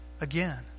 again